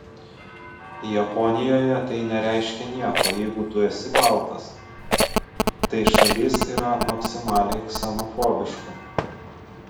japonijoje tai nereiškia nieko jeigu tu esi baltas tai šalis yra maksimaliai ksenofobiška